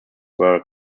were